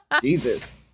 Jesus